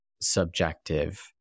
subjective